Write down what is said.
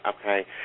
okay